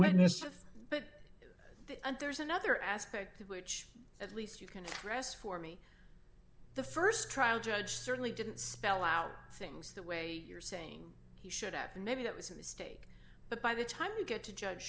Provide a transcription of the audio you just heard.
witness of but there's another aspect which at least you can rest for me the st trial judge certainly didn't spell out things that way you're saying he should up and maybe that was a mistake but by the time you get to judge